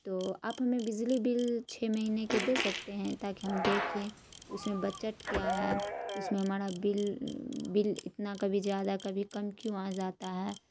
تو آپ ہمیں بجلی بل چھ مہینے کے دے سکتے ہیں تاکہ ہم دیکھیں اس میں بجٹ کیا ہے اس میں ہمارا بل بل اتنا کبھی زیادہ کبھی کم کیوں آ جاتا ہے